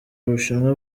ubushinwa